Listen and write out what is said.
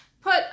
put